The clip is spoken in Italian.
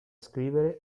scrivere